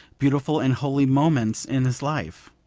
beautiful and holy moments in his life.